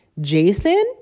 Jason